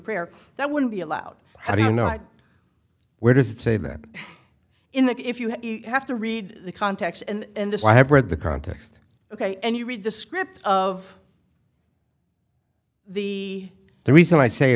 prayer that wouldn't be allowed how do you know where does it say that in that if you have to read the context and this i have read the context ok and you read the script of the the reason i say